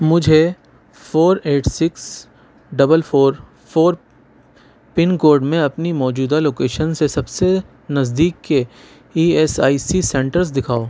مجھے four eight six double four four pin code میں اپنی موجودہ لوکیشن سے سب سے نزدیک کے E S I C centres دکھاؤ